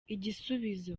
igisubizo